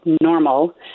normal